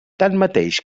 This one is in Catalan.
tanmateix